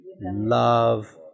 love